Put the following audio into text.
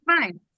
Fine